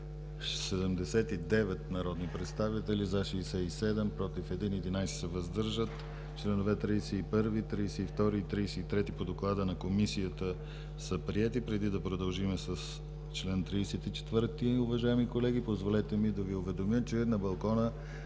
79 народни представители: за 67, против 1, въздържали се 11. Членове 31, 32 и 33 по доклада на Комисията са приети. Преди да продължим с чл. 34, уважаеми колеги, позволете ми да Ви уведомя, че на балкона